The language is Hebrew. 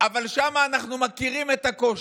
אבל שם אנחנו מכירים את הקושי,